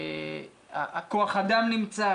כוח האדם נמצא,